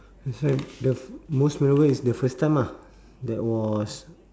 that's why the f~ most memorable is the first time ah that was